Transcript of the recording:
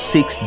Six